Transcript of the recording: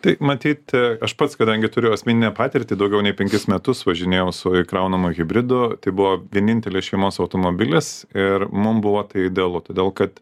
tai matyti aš pats kadangi turiu asmeninę patirtį daugiau nei penkis metus važinėjau su įkraunamu hibridu tai buvo vienintelis šeimos automobilis ir mum buvo tai idealu todėl kad